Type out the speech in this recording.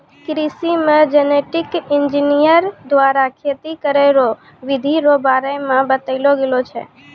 कृषि मे genetic engineer द्वारा खेती करै रो बिधि रो बारे मे बतैलो गेलो छै